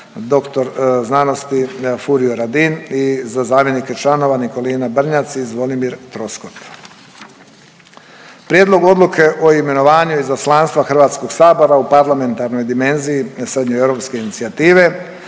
dr.sc. Furio Radin i za zamjenike članova Nikolina Brnjac i Zvonimir Troskot. Prijedlog odluke o imenovanju Izaslanstva HS-a u Parlamentarnoj dimenziji Srednjoeuropske inicijative,